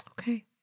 Okay